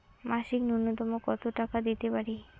মাসিক নূন্যতম কত টাকা দিতে পারি?